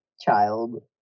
child